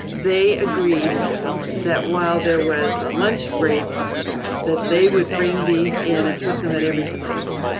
they agreed that while there was a lunch break that they would bring these in and put them at every place.